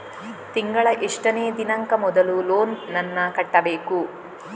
ತಿಂಗಳ ಎಷ್ಟನೇ ದಿನಾಂಕ ಮೊದಲು ಲೋನ್ ನನ್ನ ಕಟ್ಟಬೇಕು?